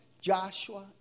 Joshua